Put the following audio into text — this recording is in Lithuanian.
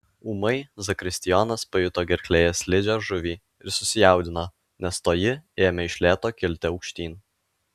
ūmai zakristijonas pajuto gerklėje slidžią žuvį ir susijaudino nes toji ėmė iš lėto kilti aukštyn